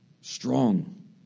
strong